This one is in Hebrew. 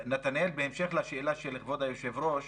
נתנאל, בהמשך לשאלה של כבוד היושב ראש,